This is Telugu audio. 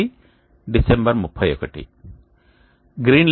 ఇది డిసెంబర్ 31 రోజు సంఖ్య365